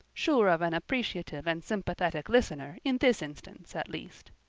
sure of an appreciative and sympathetic listener in this instance at least.